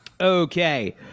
okay